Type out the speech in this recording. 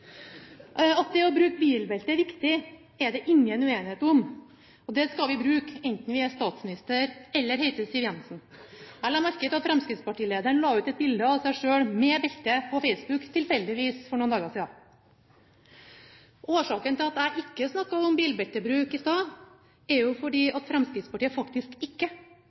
At det å bruke bilbelte er viktig, er det ingen uenighet om. Det skal vi bruke, enten vi er statsminister eller heter Siv Jensen. Jeg la tilfeldigvis merke til at Fremskrittsparti-lederen la ut et bilde av seg selv med belte på Facebook for noen dager siden. Årsaken til at jeg ikke snakket om bilbeltebruk i stad, er at Fremskrittspartiet faktisk ikke